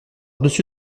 dessus